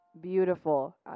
Beautiful